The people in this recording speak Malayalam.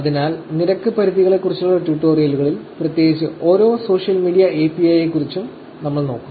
അതിനാൽ നിരക്ക് പരിധികളെ കുറിച്ചുള്ള ട്യൂട്ടോറിയലുകളിൽ പ്രത്യേകിച്ച് ഓരോ സോഷ്യൽ മീഡിയ API യെക്കുറിച്ചും നമ്മൾ നോക്കും